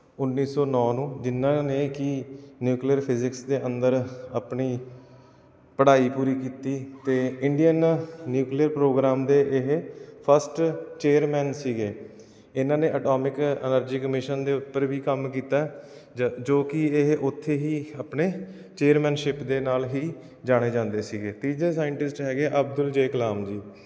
ਉੱਨੀ ਸੌ ਨੌਂ ਨੂੰ ਜਿਹਨਾਂ ਨੇ ਕਿ ਨਿਊਕਲੀਅਰ ਫਿਜਿਕਸ ਦੇ ਅੰਦਰ ਆਪਣੀ ਪੜ੍ਹਾਈ ਪੂਰੀ ਕੀਤੀ ਅਤੇ ਇੰਡੀਅਨ ਨਿਊਕਲੀਅਰ ਪ੍ਰੋਗਰਾਮ ਦੇ ਇਹ ਫਸਟ ਚੇਅਰਮੈਨ ਸੀਗੇ ਇਹਨਾਂ ਨੇ ਐਟੋਮਿਕ ਐਨਰਜੀ ਕਮਿਸ਼ਨ ਦੇ ਉੱਪਰ ਵੀ ਕੰਮ ਕੀਤਾ ਜੋ ਕਿ ਇਹ ਉੱਥੇ ਹੀ ਆਪਣੇ ਚੇਅਰਮੈਨਸ਼ਿਪ ਦੇ ਨਾਲ ਹੀ ਜਾਣੇ ਜਾਂਦੇ ਸੀਗੇ ਤੀਜੇ ਸਾਇੰਟਿਸਟ ਹੈਗੇ ਅਬਦੁਲ ਜੇ ਕਲਾਮ ਜੀ